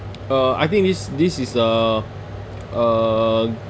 uh I think this this is a a